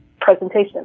presentation